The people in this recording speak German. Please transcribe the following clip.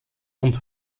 und